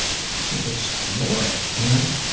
fucking explore it, you know?